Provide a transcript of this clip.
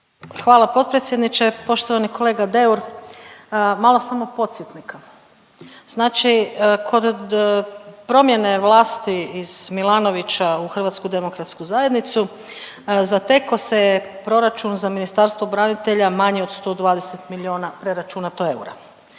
Hvala potpredsjedniče. Poštovani kolega Deur, malo samo podsjetnika. Znači kod promjene vlasti iz Milanovića u Hrvatsku demokratsku zajednicu zatekao se je proračun za Ministarstvo branitelja manje od 120 milijona preračunato eura.